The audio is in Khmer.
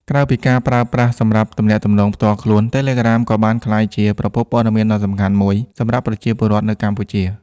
ក្រៅពីការប្រើប្រាស់សម្រាប់ទំនាក់ទំនងផ្ទាល់ខ្លួន Telegram ក៏បានក្លាយជា ប្រភពព័ត៌មានដ៏សំខាន់មួយ សម្រាប់ប្រជាពលរដ្ឋនៅកម្ពុជា។